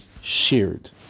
shared